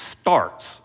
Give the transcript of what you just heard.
starts